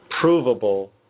provable